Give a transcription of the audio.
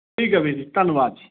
ਠੀਕ ਹੈ ਵੀਰ ਜੀ ਧੰਨਵਾਦ ਜੀ